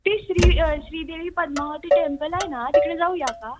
ती श्री श्रीदेवी पद्मावती टेम्पल आहे ना तिकडे जाऊया का